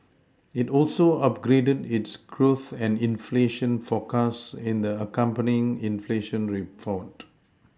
it also upgraded its growth and inflation forecast in the accompanying inflation report